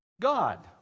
God